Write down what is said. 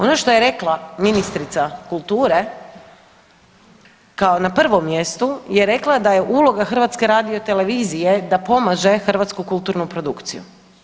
Ono što je rekla ministrica kulture kao na prvom mjestu je rekla da je uloga HRT-a da pomaže hrvatsku kulturnu produkciju.